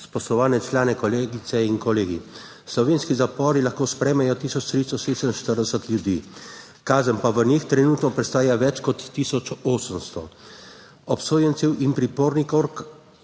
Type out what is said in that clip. Spoštovani člani, kolegice in kolegi. Slovenski zapori lahko sprejmejo 1346 ljudi, kazen pa v njih trenutno prestaja več kot 1800 obsojencev in pripornikov,